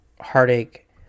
heartache